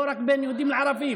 לא רק בין יהודים לערבים,